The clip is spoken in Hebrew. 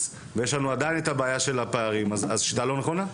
ויש לנו עדיין את הבעיה של הפערים אז השיטה לא נכונה.